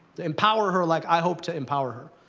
empower her like i hope to empower